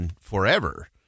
Forever